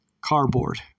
Cardboard